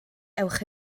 ewch